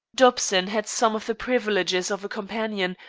dobson had some of the privileges of a companion,